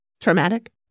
Traumatic